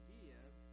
give